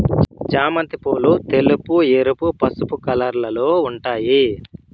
చామంతి పూలు తెలుపు, ఎరుపు, పసుపు కలర్లలో ఉంటాయి